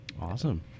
Awesome